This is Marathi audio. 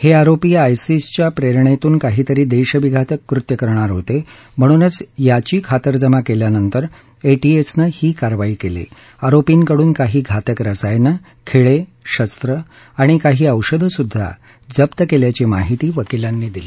हे आरोपी आय़सीसच्या प्रेरणेतून काहीतरी देशविघातक कृत्य करणार होते म्हणूनच याची खातरजमा केल्यानंतर एटीएसनं ही कारवाई केली आहे आरोपींकडून काही घातक रसायनं खिळे शस्त्रे आणि काही औषधं सुद्धा जप्त केल्याची माहिती वकिलांनी दिली